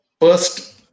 First